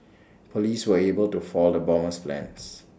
Police were able to fall the bomber's plans